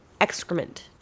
excrement